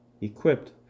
equipped